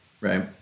Right